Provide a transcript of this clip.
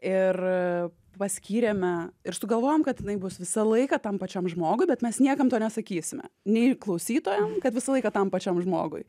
ir paskyrėme ir sugalvojom kad jinai bus visą laiką tam pačiam žmogui bet mes niekam to nesakysime nei klausytojam kad visą laiką tam pačiam žmogui